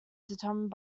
determined